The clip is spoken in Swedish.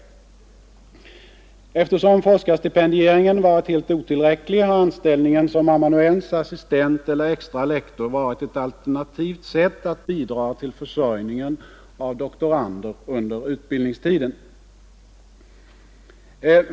Eftersom forskarstipendieringen har varit helt otillräcklig, har anställning som amanuens, assistent eller extra lektor varit ett alternativt sätt att bidra till försörjningen av doktorander under utbildningstiden.